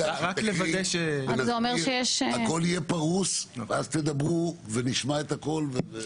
הכול יהיה פרוס ואז תדברו ונשמע את הכול.